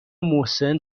محسن